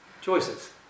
choices